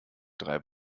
drei